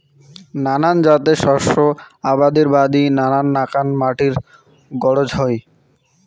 নানান জাতের শস্য আবাদির বাদি নানান নাকান মাটির গরোজ হই